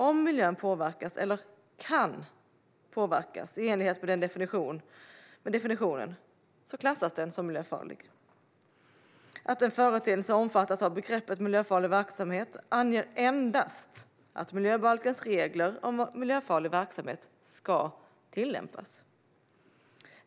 Om miljön påverkas eller kan påverkas i enlighet med definitionen klassas den som miljöfarlig. Att en företeelse omfattas av begreppet miljöfarlig verksamhet anger endast att miljöbalkens regler om miljöfarlig verksamhet ska tillämpas.